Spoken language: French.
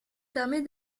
permet